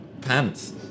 Pants